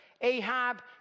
Ahab